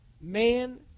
man